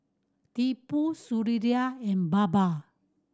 Tipu Sunderlal and Baba